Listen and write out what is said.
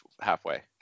halfway